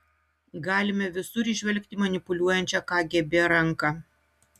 galime visur įžvelgti manipuliuojančią kgb ranką